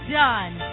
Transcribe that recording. done